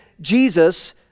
Jesus